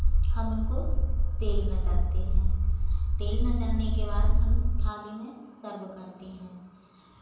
हम उनको तेल में तलते हैं तेल में तलने के बाद हम थाली में सर्व करते हैं